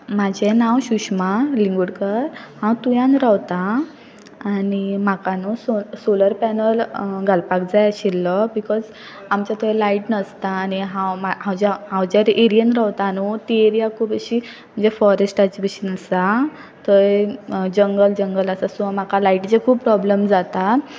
म्हजें नांव सुुश्मा लिंगोडकर हांव तुयन रावता आनी म्हाका न्हू सो सोलर पॅनल घालपाक जाय आशिल्लो बिकॉज आमच्या थंय लायट नासता आनी हांव हांव ज्यार एरियान रावता न्हू ती एरिया खूब अशी म्हणजे फॉरेस्टाची बशीन आसा थंय जंगल जंगल आसा सो म्हाका लायटीचे खूब प्रोब्लम जाता